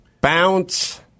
Bounce